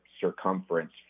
circumference